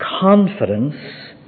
confidence